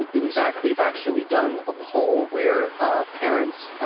in fact, we've actually done a poll where parents,